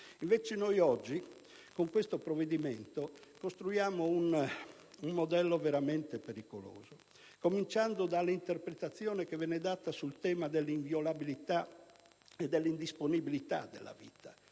invece, con questo provvedimento, costruiamo un modello veramente pericoloso, a cominciare dall'interpretazione che viene data sul tema dell'inviolabilità e dell'indisponibilità della vita: